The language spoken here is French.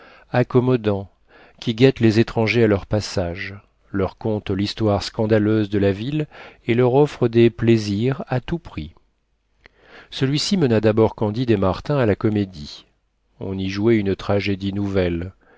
accommodants qui guettent les étrangers à leur passage leur content l'histoire scandaleuse de la ville et leur offrent des plaisirs à tout prix celui-ci mena d'abord candide et martin à la comédie on y jouait une tragédie nouvelle